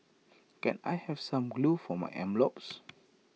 can I have some glue for my envelopes